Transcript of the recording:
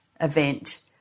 event